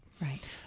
Right